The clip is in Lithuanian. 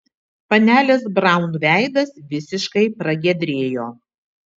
panelės braun veidas visiškai pragiedrėjo